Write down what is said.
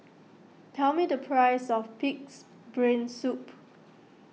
tell me the price of Pig's Brain Soup